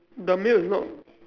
the meal is not